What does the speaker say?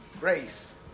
Grace